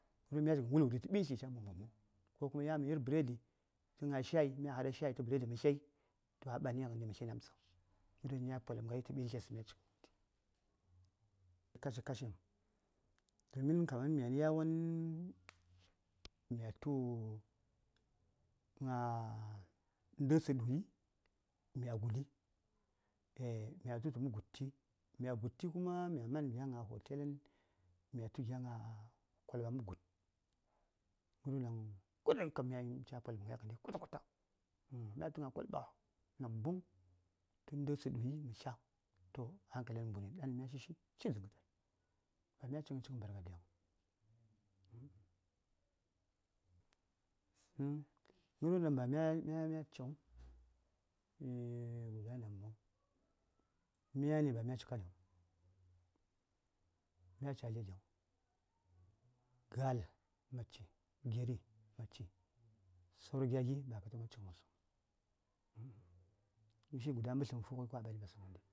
Wulwuɗi tə ɓintli ca mobəm gən mən ko kuma yan mə gna bredi tə shayi mya haɗa bredi tə shayi mə tlei to a ɓani ghəndi mə tli namtsə ghəryiwon dan ya polum ghai tə ɓintles dan mya ci ghandi a kashi kashi domin kaman mya nyowa lən mya tu gna ndətsə ɗuyi mya guɗi eah mya tutə mə gud ti mya gudti kuma mya man mya yel gna hotelən mya tu gya gna kolɓa mə gud ghərwon ɗaŋ kullum kam ca polum ghai kwata kwata ghəndi um mya tu gna kolɓa namboŋ tə ndətsə ɗuyi mal tlya toh hankalen mbunni ɗan ma shishi tli dən ghətan ba mya ci ghəncighən bargade huŋ hmnn ghərwon ɗaŋ ba mya ciŋ yi namboŋ myani ba mya ci kaɗiŋ mya ci aledeŋ ga:l ma ci geri ma ci saura gya gi ba ma taɓa cighən wosəŋ ghəshi guda mbətləm daŋ mə fughən yan a ɓani ɓasəm ghəndi